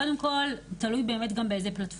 קודם כל תלוי באיזה פלטפורמה.